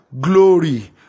Glory